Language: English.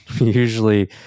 usually